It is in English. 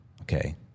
Okay